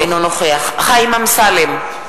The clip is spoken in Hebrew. אינו נוכח חיים אמסלם,